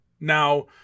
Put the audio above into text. Now